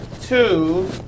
two